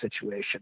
situation